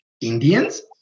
Indians